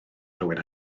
rhywun